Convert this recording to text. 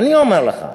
אני אומר לך,